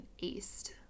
East